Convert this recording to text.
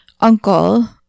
uncle